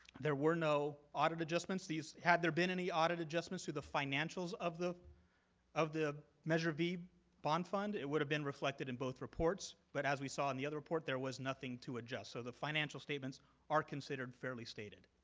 there were no audit adjustments. had there been any audit adjustments to the financials of the of the measure v bond fund it would be reflected in both reports, but as we saw in the other report, there was nothing to adjust. so the financial statements are considered fairly stated.